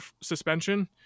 suspension